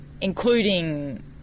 including